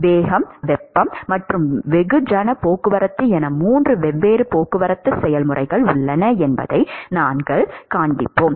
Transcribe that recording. வேகம் வெப்பம் மற்றும் வெகுஜன போக்குவரத்து என 3 வெவ்வேறு போக்குவரத்து செயல்முறைகள் உள்ளன என்பதை நாங்கள் காண்பிப்போம்